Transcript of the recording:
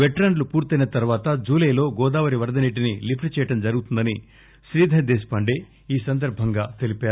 పెట్ రన్ లు పూర్తయిన తర్వాత జులైలో గోదావరి వరద నీటిని లిప్ష్ చేయడం జరుగుతుందని శ్రీధర్ దేశ్ పాండే ఈ సందర్భంగా తెలిపారు